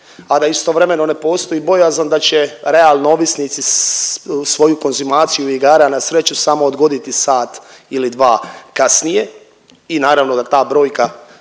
a da istovremeno ne postoji bojazan da će realno ovisnici svoju konzumaciju igara na sreću samo odgoditi sat ili dva kasnije i naravno da ta brojka